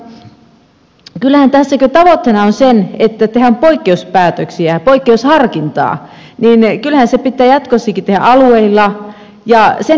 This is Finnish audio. kyllähän tässä tavoitteena on se että tehdään poikkeuspäätöksiä ja poikkeusharkintaa ja kyllähän se pitää jatkossakin tehdä alueilla